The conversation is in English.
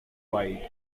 wide